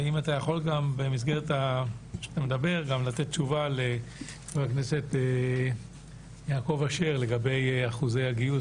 ואם תוכל גם לתת תשובה לחבר הכנסת יעקב אשר לגבי אחוזי הגיוס